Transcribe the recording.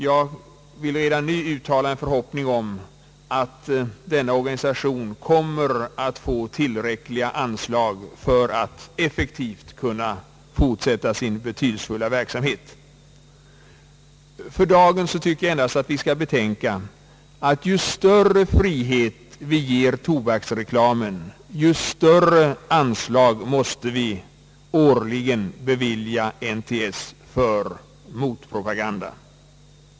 Jag vill redan nu uttala en förhoppning om att NTS kommer att få tillräckliga anslag för att effektivt kunna fortsätta sin betydelsefulla verksamhet. För dagen tycker jag endast att vi skall betänka, att ju större frihet vi ger tobaksreklamen, desto större anslag måste vi årligen bevilja NTS för motpropaganda.